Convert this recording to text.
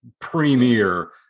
premier